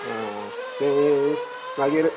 आं आनी मागीर